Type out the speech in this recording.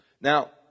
Now